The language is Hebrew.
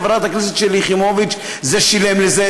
חברת הכנסת שלי יחימוביץ: זה שילם לזה,